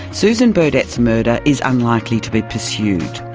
susan burdett's murder is unlikely to be pursued.